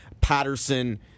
Patterson